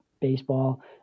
baseball